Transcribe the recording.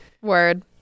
Word